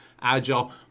agile